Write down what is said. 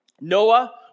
Noah